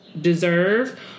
deserve